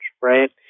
right